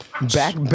Back